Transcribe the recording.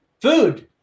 Food